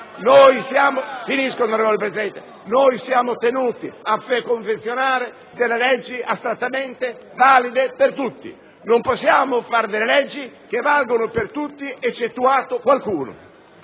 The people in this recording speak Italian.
Siamo tenuti a preconfezionare delle leggi astrattamente valide per tutti. Non possiamo predisporre leggi che valgono per tutti eccettuato qualcuno.